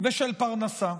ושל פרנסה.